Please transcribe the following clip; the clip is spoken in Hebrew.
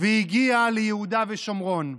והגיע ליהודה ושומרון.